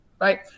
right